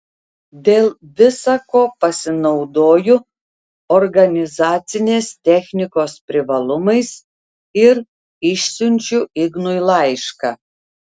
dėl visa ko pasinaudoju organizacinės technikos privalumais ir išsiunčiu ignui laišką